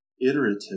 iterative